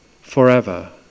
forever